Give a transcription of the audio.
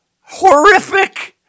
horrific